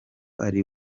ari